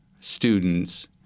students